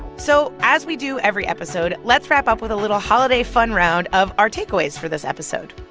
so as we do every episode, let's wrap up with a little holiday fun round of our takeaways for this episode.